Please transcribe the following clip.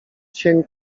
cień